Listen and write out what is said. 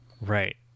right